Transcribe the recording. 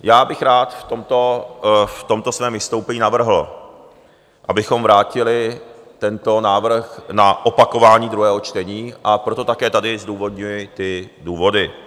Já bych rád v tomto svém vystoupení navrhl, abychom vrátili tento návrh na opakování druhého čtení, a proto také tady zdůvodňuji ty důvody.